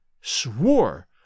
swore